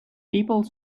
people